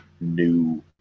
new